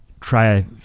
try